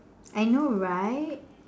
I know right